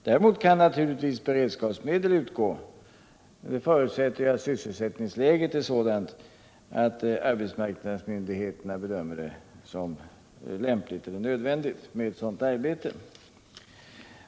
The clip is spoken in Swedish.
Däremot kan naturligtvis beredskapsmedel utgå under förutsättning att sysselsättningsläget är sådant att arbetsmarknadsmyndigheterna bedömer det som nödvändigt med ett sådant arbete.